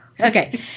Okay